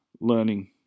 learning